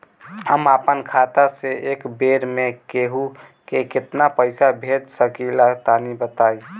हम आपन खाता से एक बेर मे केंहू के केतना पईसा भेज सकिला तनि बताईं?